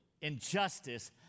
injustice